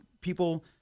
people